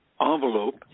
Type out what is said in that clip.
envelope